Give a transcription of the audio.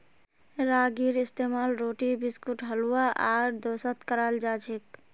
रागीर इस्तेमाल रोटी बिस्कुट हलवा आर डोसात कराल जाछेक